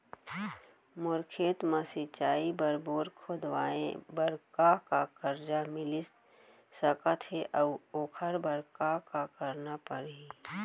मोर खेत म सिंचाई बर बोर खोदवाये बर का का करजा मिलिस सकत हे अऊ ओखर बर का का करना परही?